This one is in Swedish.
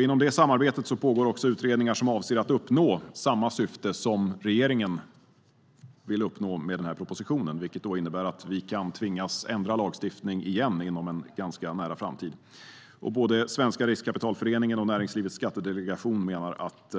Inom detta samarbete pågår även utredningar som avser att uppnå samma syfte som regeringen vill uppnå med denna proposition, vilket innebär att vi kan tvingas ändra lagstiftning igen inom en ganska nära framtid. Både Svenska Riskkapitalföreningen och Näringslivets Skattedelegation menar att